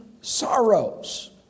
sorrows